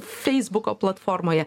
feisbuko platformoje